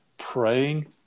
praying